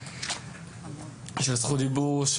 של זכות דיבור,